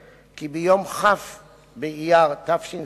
להגיש כתב אישום כנגד ראש העיר בפרשת גרוס.